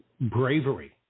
bravery